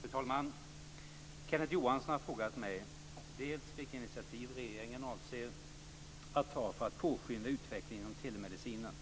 Fru talman! Kenneth Johansson har frågat mig dels vilka initiativ regeringen avser att ta för att påskynda utvecklingen inom telemedicinen,